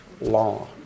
law